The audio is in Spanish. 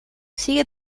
sigue